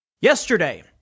Yesterday